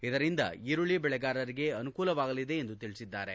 ಇದರಿಂದ ಈರುಳ್ಳಿ ಬೆಳೆಗಾರರಿಗೆ ಅನುಕೂಲವಾಗಲಿದೆ ಎಂದು ತಿಳಿಸಿದ್ದಾರೆ